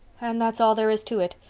and that's all there is to it.